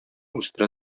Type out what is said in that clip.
үстерә